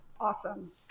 awesome